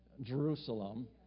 Jerusalem